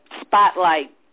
spotlight